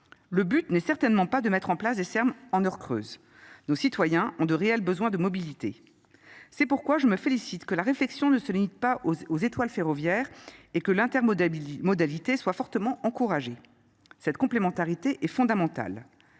Le but n'est certainement pas de mettre en place des termes en Eure creuses nos citoyens ont de réels besoins de mobilité. C'est pourquoi je me félicite que la réflexion nee se limite pas aux étoiles ferroviaires et que l'intermodalité soit fortement encouragées. cette complémentarité est fondamentale